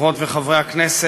חברות וחברי הכנסת,